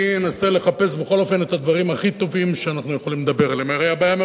אני אנסה לחפש בכל אופן את הדברים הכי טובים שאנחנו יכולים לדבר עליהם.